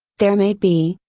there may be,